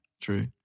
True